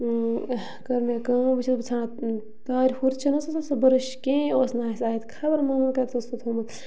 کٔر مےٚ کٲم وۄنۍ چھَس بہٕ ژھانٛڈان تارِ ہُر چھِنہ آسان سُہ بُرٕش کِہیٖنۍ اوس نہٕ اَسہِ اَتہِ خبر مُمَن کَتٮ۪تھ اوس سُہ تھوٚمُت